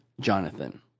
Jonathan